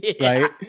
right